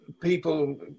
people